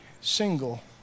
single